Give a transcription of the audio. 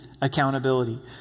accountability